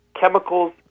chemicals